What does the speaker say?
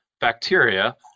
bacteria